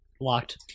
Locked